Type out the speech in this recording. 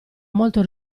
molto